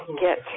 get